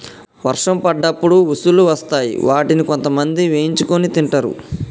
వర్షం పడ్డప్పుడు ఉసుల్లు వస్తాయ్ వాటిని కొంతమంది వేయించుకొని తింటరు